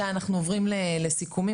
אנחנו עוברים לסיכומים.